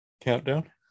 countdown